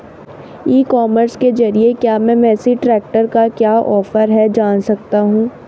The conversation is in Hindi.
ई कॉमर्स के ज़रिए क्या मैं मेसी ट्रैक्टर का क्या ऑफर है जान सकता हूँ?